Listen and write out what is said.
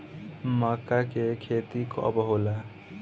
मक्का के खेती कब होला?